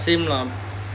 ya same lah